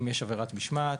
אם יש עבירת משמעת.